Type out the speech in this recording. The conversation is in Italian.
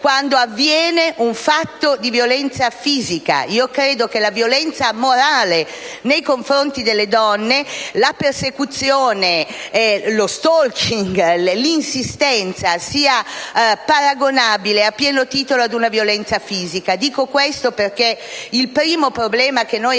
quando avviene un fatto di violenza fisica. Credo che la violenza morale nei confronti delle donne, la persecuzione, lo *stalking* e l'insistenza siano paragonabili a pieno titolo ad una violenza fisica. Dico questo perché il primo problema che